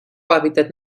hàbitat